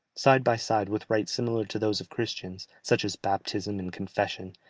side by side with rites similar to those of christians, such as baptism and confession,